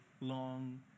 long